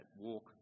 Walk